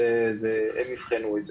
הם יבחנו את זה.